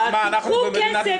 אז אני אומרת לך,